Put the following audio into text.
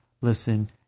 listen